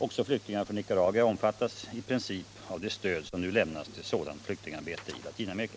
Också flyktingar från Nicaragua omfattas i princip av det stöd som nu lämnas till sådant flyktingarbete i Latinamerika.